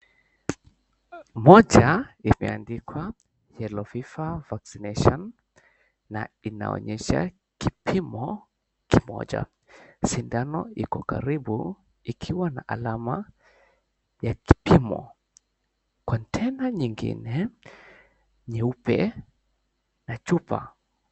Moja imeandikwa, Yellow Fever Vaccination, na inaonyesha kipimo kimoja. Sindano iko karibu ikiwa na alama ya kipimo kwa tena nyingine nyeupe na chupa.